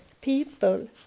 people